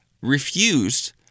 refused